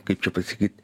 kaip čia pasakyt